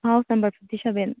house number fifty seven